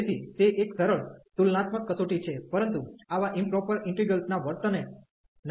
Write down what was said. તેથી તે એક સરળ તુલનાત્મક કસોટી છે પરંતુ આવા ઇમપ્રોપર ઇન્ટિગ્રલ્સ ના વર્તનને નક્કી કરવા માટે ખૂબ ઉપયોગી છે